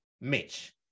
Mitch